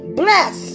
bless